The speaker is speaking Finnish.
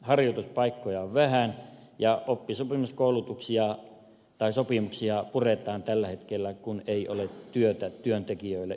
harjoituspaikkoja on vähän ja oppisopimussopimuksia puretaan tällä hetkellä kun ei ole työtä työntekijöille yrityksissäkään